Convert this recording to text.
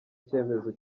cyemezo